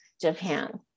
Japan